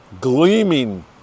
gleaming